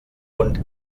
und